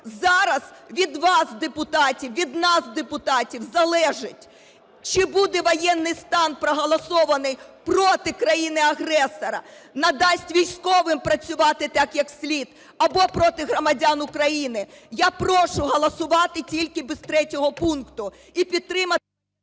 Зараз від вас – депутатів, від нас – депутатів залежить, чи буде воєнний стан проголосований проти країни-агресора, надасть військовим працювати так, як слід, або проти громадян України. Я прошу голосувати тільки без 3 пункту і підтримати…